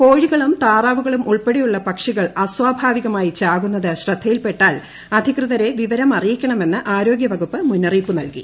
കോഴികളും താറാവുകളും ഉൾപ്പെടെയുള്ള പക്ഷികൾ അസ്വാഭാവികമായി ചാകുന്നത് ശ്രദ്ധയിൽപ്പെട്ടാൽ അധികൃതരെ വിവരമറിയിക്കണമെന്ന് ആരോഗൃവകുപ്പ് മുന്നറിയിപ്പ് നൽകി